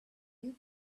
you